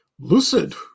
Lucid